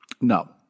no